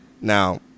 Now